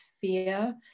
fear